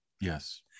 Yes